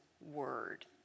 word